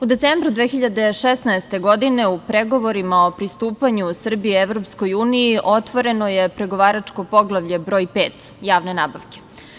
U decembru 2016. godine u pregovorima o pristupanju Srbije Evropskoj uniji, otvoreno je pregovaračko poglavlje broj pet – javne nabavke.